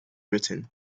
britain